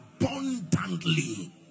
abundantly